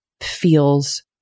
feels